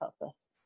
purpose